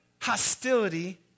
hostility